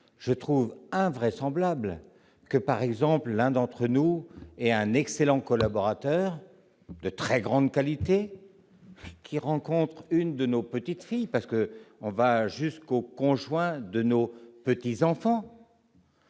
Je trouve invraisemblable que l'un d'entre nous ayant un excellent collaborateur, de très grande qualité, qui rencontrerait sa petite-fille- car on va jusqu'aux conjoints de nos petits-enfants